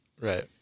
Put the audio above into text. Right